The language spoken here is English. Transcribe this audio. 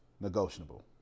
negotiable